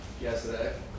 yesterday